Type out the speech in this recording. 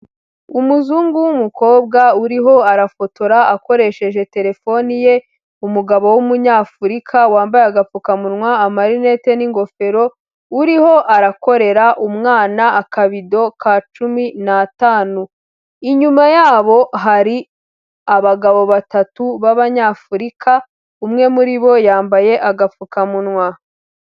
Umuzungu w'umukobwa uriho arafotora akoresheje telefoni ye, umugabo w'umunyafurika wambaye agapfukamunwa, amarinete n'ingofero, uriho arakorera umwana akabido ka cumi n'atanu. Inyuma yabo hari abagabo batatu b'abanyafurika, umwe muri bo yambaye agapfukamunwa.